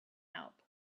help